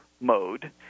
mode